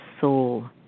soul